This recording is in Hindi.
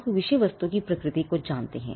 आप विषय वस्तु की प्रकृति को जानते हैं